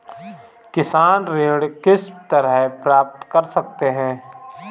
किसान ऋण किस तरह प्राप्त कर सकते हैं?